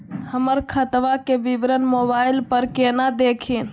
हमर खतवा के विवरण मोबाईल पर केना देखिन?